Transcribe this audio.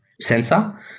sensor